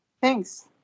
Thanks